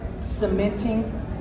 cementing